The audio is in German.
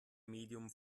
medium